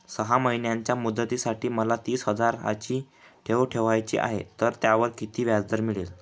सहा महिन्यांच्या मुदतीसाठी मला तीस हजाराची ठेव ठेवायची आहे, तर त्यावर किती व्याजदर मिळेल?